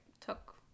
took